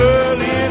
Early